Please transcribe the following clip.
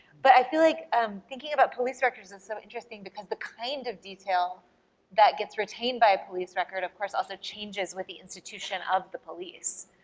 but i feel like, um thinking about police records is so interesting because the kind of detail that gets retained by a police record, of course, also changes with the institution of the police.